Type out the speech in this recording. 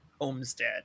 homestead